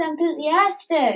enthusiastic